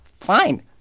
Fine